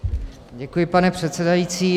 Děkuji, pane předsedající.